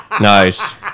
Nice